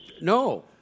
No